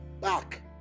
back